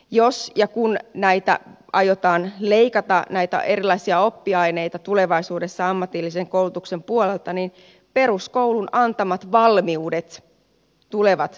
jos ja kun aiotaan leikata näitä erilaisia oppiaineita tulevaisuudessa ammatillisen koulutuksen puolelta niin peruskoulun antamat valmiudet tulevat korostumaan